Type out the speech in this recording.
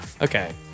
Okay